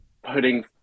putting